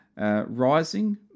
Rising